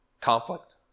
conflict